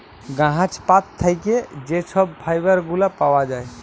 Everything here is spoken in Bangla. গাহাচ পাত থ্যাইকে যে ছব ফাইবার গুলা পাউয়া যায়